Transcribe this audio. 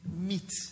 meat